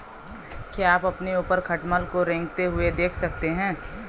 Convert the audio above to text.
क्या आप अपने ऊपर खटमल को रेंगते हुए देख सकते हैं?